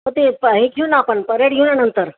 प ते प हे घेऊ ना आपण परेड घेऊ नंतर